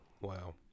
wow